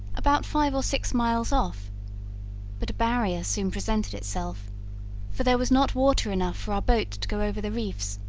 about five or six miles off but a barrier soon presented itself for there was not water enough for our boat to go over the reefs,